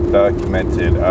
documented